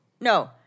No